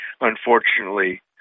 unfortunately